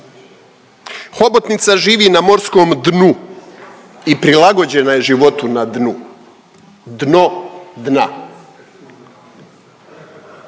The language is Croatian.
Hobotnica živi na morskom dnu i prilagođena je životu na dnu, dno dna.